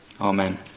Amen